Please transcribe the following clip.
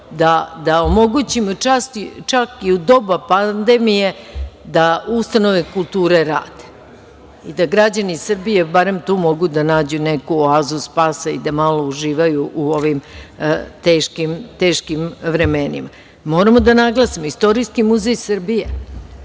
da omogućimo čak i u doba pandemije, da ustanove kulture rade i da građani Srbije barem tu mogu da nađu neku oazu spasa i da malo uživaju u ovim teškim vremenima. Moramo da naglasimo, Istorijski muzej Srbije,